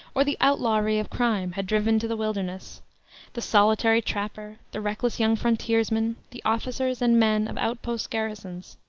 or the outlawry of crime had driven to the wilderness the solitary trapper, the reckless young frontiersman, the officers and men of out-post garrisons.